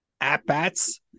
at-bats